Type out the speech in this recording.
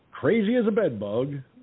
crazyasabedbug